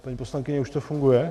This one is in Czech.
Paní poslankyně, už to funguje?